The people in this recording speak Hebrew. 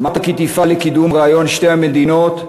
9. אמרת כי תפעל לקידום רעיון שתי המדינות,